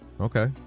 Okay